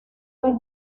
vez